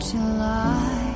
July